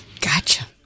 gotcha